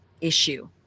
issue